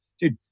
Dude